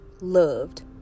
loved